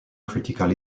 critical